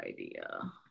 idea